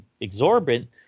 exorbitant